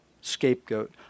scapegoat